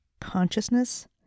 consciousness